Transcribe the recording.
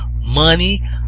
money